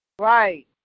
Right